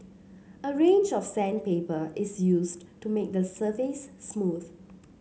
a range of sandpaper is used to make the surface smooth